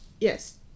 Yes